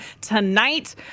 tonight